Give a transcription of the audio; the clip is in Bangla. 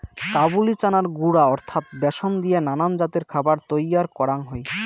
কাবুলি চানার গুঁড়া অর্থাৎ ব্যাসন দিয়া নানান জাতের খাবার তৈয়ার করাং হই